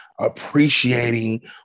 appreciating